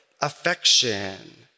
affection